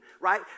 right